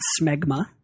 smegma